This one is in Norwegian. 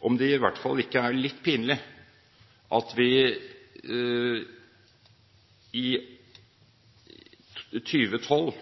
om det i hvert fall ikke er litt pinlig at vi i 2012,